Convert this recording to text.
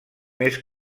més